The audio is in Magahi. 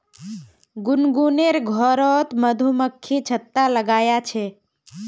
गुनगुनेर घरोत मधुमक्खी छत्ता लगाया छे